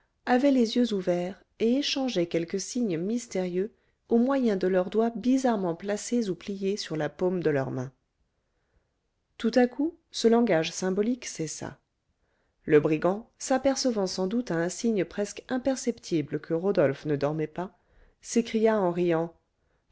avaient les yeux ouverts et échangeaient quelques signes mystérieux au moyen de leurs doigts bizarrement placés ou pliés sur la paume de leurs mains tout à coup ce langage symbolique cessa le brigand s'apercevant sans doute à un signe presque imperceptible que rodolphe ne dormait pas s'écria en riant